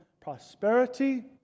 prosperity